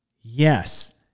yes